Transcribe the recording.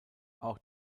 auch